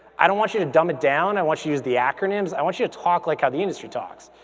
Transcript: i don't want you to dumb it down, i want you to use the acronyms, i want you to talk like how the industry talks,